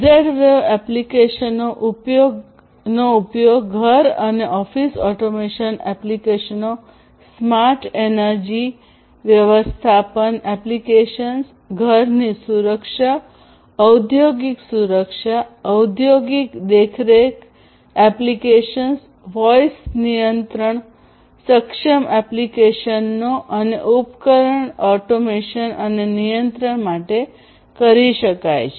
Z wave એપ્લિકેશનો ઉપયોગ ઘર અને ઓફિસ ઓટોમેશન એપ્લિકેશનો સ્માર્ટ એનર્જા વ્યવસ્થાપન એપ્લિકેશંસ ઘરની સુરક્ષા ઔદ્યોગિક સુરક્ષા ઔદ્યોગિક દેખરેખ એપ્લિકેશન્સ વોઇસ નિયંત્રણ સક્ષમ એપ્લિકેશનો અને ઉપકરણ ઓટોમેશન અને નિયંત્રણ માટે કરી શકાય છે તે છે